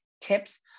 tips